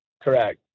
Correct